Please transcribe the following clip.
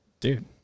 Dude